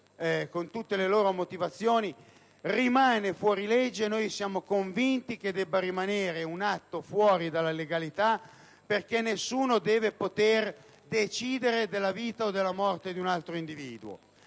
con tutte le loro motivazioni, noi siamo convinti che debba rimanere un atto fuori della legalità perché nessuno deve poter decidere della vita o della morte di un altro individuo.